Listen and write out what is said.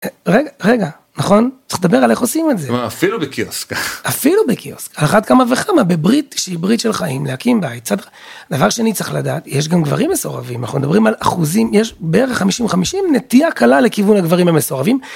רגע רגע נכון צריך לדבר על איך עושים את זה אפילו בקיוסק אפילו בקיוסק על אחת כמה וכמה בברית שהיא ברית של חיים להקים בית דבר שני צריך לדעת יש גם גברים מסורבים אנחנו מדברים על אחוזים יש בערך 50 50 נטייה קלה לכיוון הגברים המסורבים.